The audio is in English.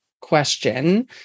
question